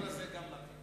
הנתון הזה מטעה.